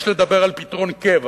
יש לדבר על פתרון קבע